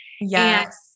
Yes